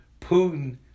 Putin